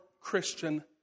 Christian